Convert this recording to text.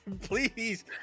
Please